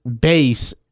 base